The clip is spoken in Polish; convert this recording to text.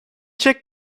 cię